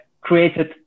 created